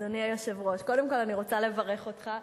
אדוני היושב-ראש, קודם כול, אני רוצה לברך אותך.